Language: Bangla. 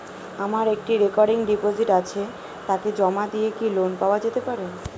আমার একটি রেকরিং ডিপোজিট আছে তাকে জমা দিয়ে কি লোন পাওয়া যেতে পারে?